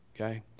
okay